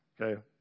Okay